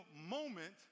moment